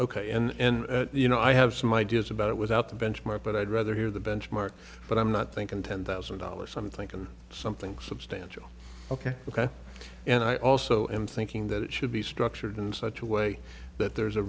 ok and you know i have some ideas about it without the benchmark but i'd rather hear the benchmark but i'm not thinking ten thousand dollars i'm thinking something substantial ok ok and i also am thinking that it should be structured in such a way that there's a